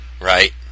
Right